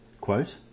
quote